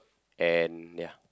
and ya